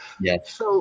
Yes